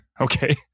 Okay